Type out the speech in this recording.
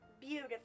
beautiful